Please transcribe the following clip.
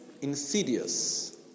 Insidious